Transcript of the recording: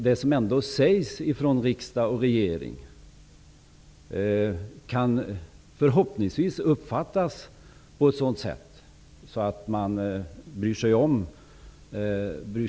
Det som sägs från riksdags och regeringshåll kan förhoppningsvis uppfattas på ett sådant sätt att man bryr sig om det.